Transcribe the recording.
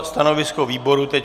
Stanovisko výboru teď.